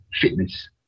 fitness